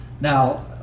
Now